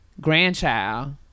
grandchild